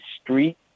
street